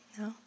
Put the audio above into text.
No